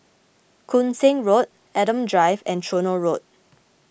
Koon Seng Road Adam Drive and Tronoh Road